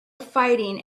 fighting